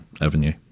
avenue